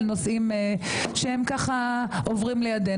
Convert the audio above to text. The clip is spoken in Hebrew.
האירוע הזה מפגיש את שתי הוועדות מצד